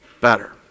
better